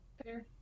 Fair